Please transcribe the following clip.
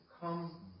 come